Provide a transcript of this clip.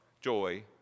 joy